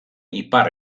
ipar